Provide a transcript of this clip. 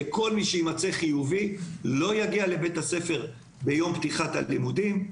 וכל מי שימצא חיובי לא יגיע לבית הספר ביום פתיחת הלימודים.